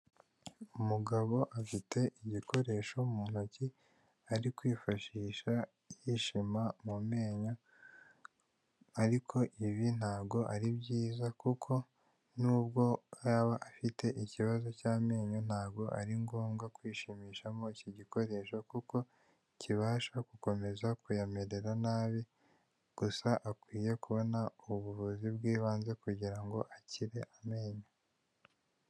Umugabo afite igikoresho mu ntoki ari kwifashisha yishima mu menyo ariko ibi nta go ari byiza kuko nubwo yaba afite ikibazo cy'amenyo nta go ari ngombwa kwishimishamo iki gikoresho kuko kibasha gukomeza kuyamerera nabi, gusa akwiye kubona ubuvuzi bw'ibanze kugira ngo akire amenyo.